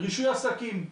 רישוי עסקים,